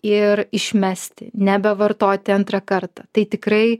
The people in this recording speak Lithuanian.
ir išmesti nebevartoti antrą kartą tai tikrai